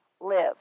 live